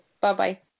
Bye-bye